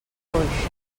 coix